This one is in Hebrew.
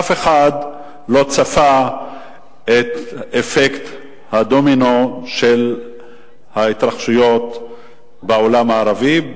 אף אחד לא צפה את אפקט הדומינו של ההתרחשויות בעולם הערבי,